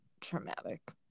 traumatic